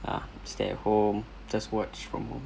ah stay at home just watch from